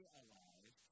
alive